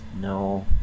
No